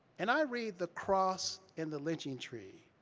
and i read the cross and the lynching tree